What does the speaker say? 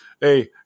hey